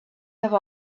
have